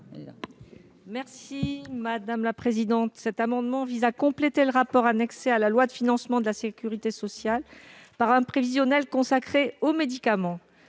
l'amendement n° 1 rectifié. Cet amendement vise à compléter le rapport annexé à la loi de financement de la sécurité sociale par un prévisionnel consacré aux médicaments,